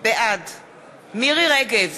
מירי רגב,